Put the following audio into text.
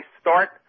start